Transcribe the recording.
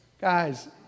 Guys